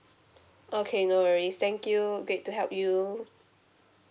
okay no worries thank you great to help you